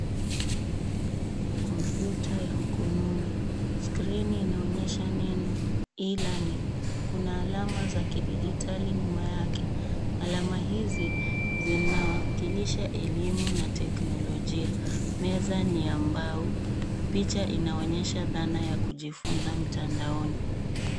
Komputa ya mkononi skrini inaonyesha neno e- learning kuna alama za kidijitali nyuma yake alama hizi zinawakilisha elimu na teknolojia meza ni ya mbao picha inaonyesha dhana ya kujifunza mtandaoni.